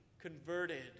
converted